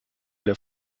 der